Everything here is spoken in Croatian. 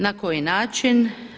Na koji način?